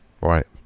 right